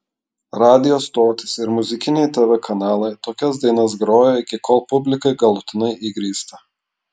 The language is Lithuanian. radijo stotys ir muzikiniai tv kanalai tokias dainas groja iki kol publikai galutinai įgrysta